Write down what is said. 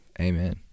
Amen